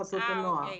הנוער.